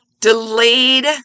Delayed